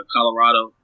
Colorado